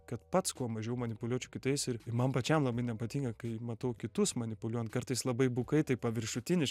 kad pats kuo mažiau manipuliuočiau kitais ir man pačiam labai nepatinka kai matau kitus manipuliuojant kartais labai bukai taip paviršutiniš